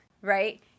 right